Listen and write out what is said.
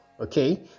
okay